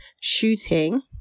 shooting